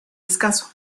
escaso